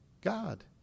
God